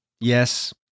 Yes